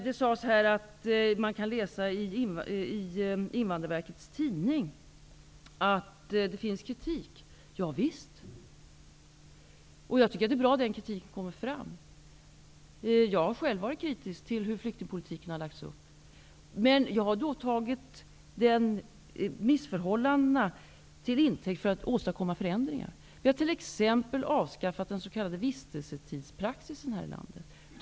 Det nämndes att man i Invandrarverkets tidning kan läsa att det finns kritik. Javisst! Det är bra att kritik kommer fram. Jag har själv varit kritisk mot hur flyktingpolitiken har lagts upp. Jag har emellertid tagit missförhållandena till intäckt för att åstadkomma förändring. Vi har exempelvis avskaffat den s.k. vistelsetidspraxisen här i landet.